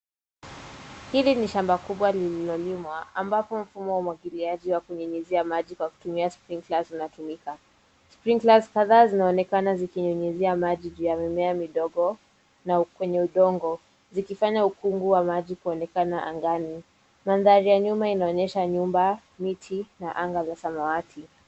Hili ni shamba kubwa lililolimwa ambapo mfumo wa umwagiliaji wa kunyunyizia maji kwa kutumia Springlers unatumika. Springlers kadhaa zinaonekana zikinyunyizia maji juu ya mimea midogo na kwenye udongo zikifanya ukungu wa maji kuonekana angani. Mandhari ya nyuma inaonyesha nyumba, miti na anga za samawati.